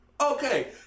Okay